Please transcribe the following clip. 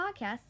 podcast